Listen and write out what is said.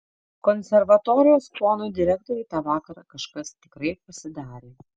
konservatorijos ponui direktoriui tą vakarą kažkas tikrai pasidarė